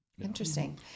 Interesting